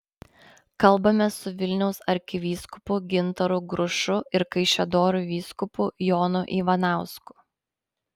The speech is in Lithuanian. kalbamės su vilniaus arkivyskupu gintaru grušu ir kaišiadorių vyskupu jonu ivanausku